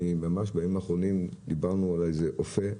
ממש בימים האחרונים דיברנו על איזה אופה,